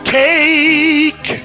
take